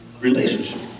Relationship